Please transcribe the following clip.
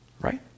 right